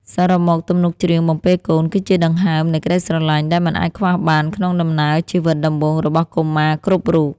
សរុបមក ទំនុកច្រៀងបំពេកូនគឺជាដង្ហើមនៃក្ដីស្រឡាញ់ដែលមិនអាចខ្វះបានក្នុងដំណើរជីវិតដំបូងរបស់កុមារគ្រប់រូប។